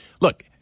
look